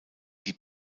die